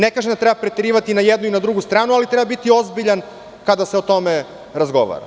Ne kažem da treba preterivati na jednu ili na drugu stranu, ali treba biti ozbiljan kada se o tome razgovara.